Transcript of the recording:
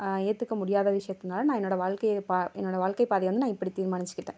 ஏற்றுக்க முடியாத விஷயத்துனால நான் என்னோடய வாழ்க்கை என்னோடய வாழ்க்கை பாதையை வந்து நான் இப்படி தீர்மானித்துக்கிட்டேன்